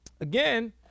Again